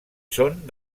són